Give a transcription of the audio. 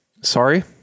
Sorry